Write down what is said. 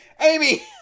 Amy